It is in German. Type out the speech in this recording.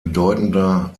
bedeutender